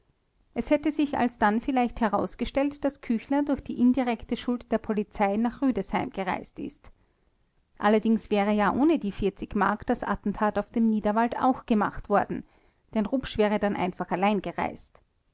es hätte sich alsdann vielleicht herausgestellt daß küchler durch die indirekte schuld der polizei nach rüdesheim gereist ist allerdings wäre ja ohne die mark das attentat auf dem niederwald auch gemacht worden denn rupsch wäre dann einfach allein gereist